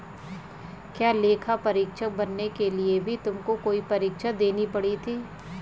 क्या लेखा परीक्षक बनने के लिए भी तुमको कोई परीक्षा देनी पड़ी थी?